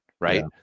right